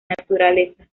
naturaleza